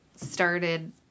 started